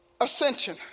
ascension